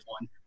one